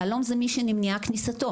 יהלום זה מי שנמנעה כניסתו.